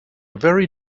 very